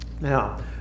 now